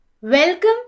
Welcome